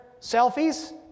selfies